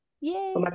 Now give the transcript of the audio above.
Yay